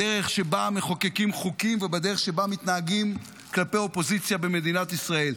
בדרך שבה מחוקקים חוקים ובדרך שבה מתנהגים כלפי אופוזיציה במדינת ישראל.